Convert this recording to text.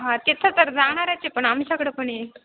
हा तिथं तर जाणारच आहे पण आमच्याकडं पण ये